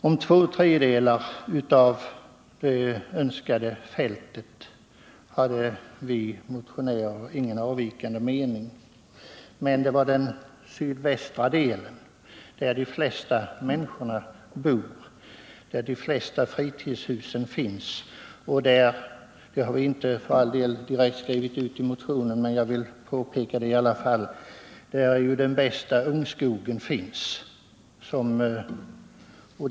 Om två tredjedelar av det önskade fältet har vi motionärer ingen avvikande mening, utan bara beträffande den sydvästra delen, där de flesta människorna bor. De flesta fritidshusen ligger också där, och — det har vi inte direkt skrivit ut i motionen, men jag vill påpeka det i alla fall — den bästa ungskogen finns där.